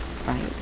Right